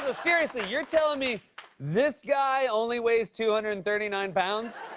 ah seriously, you're telling me this guy only weighs two hundred and thirty nine pounds?